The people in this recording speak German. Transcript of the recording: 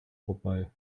vorbei